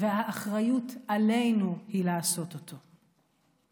והאחריות לעשות אותו היא עלינו.